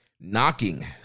knocking